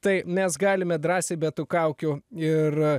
tai mes galime drąsiai be tų kaukių ir